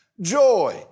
joy